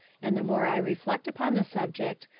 and the more i reflect upon the subject,